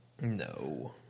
No